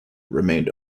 remained